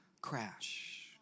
crash